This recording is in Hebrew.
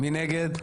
מי נגד?